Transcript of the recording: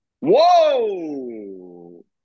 Whoa